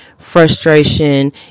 Frustration